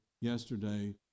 yesterday